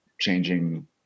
changing